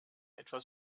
etwas